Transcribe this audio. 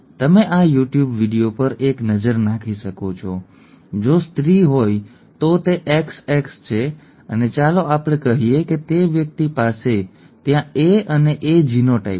તમે આ YouTube video પર એક નજર નાખી શકો છો જો તે સ્ત્રી હોય તો તે XX છે અને ચાલો આપણે કહીએ કે તે વ્યક્તિ પાસે ત્યાં A અને A જીનોટાઈપ છે અમે જીનોટાઈપ નક્કી કરવા માટે સુપરસ્ક્રિપ્ટનો ઉપયોગ કરી રહ્યા છીએ જે X રંગસૂત્ર સાથે સંકળાયેલ છે